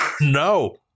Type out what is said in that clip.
no